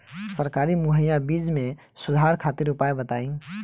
सरकारी मुहैया बीज में सुधार खातिर उपाय बताई?